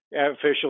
officially